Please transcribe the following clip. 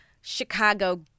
Chicago